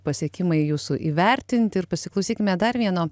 pasiekimai jūsų įvertinti ir pasiklausykime dar vieno